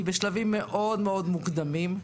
היא בשלבים מוקדמים מאוד.